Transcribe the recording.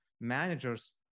managers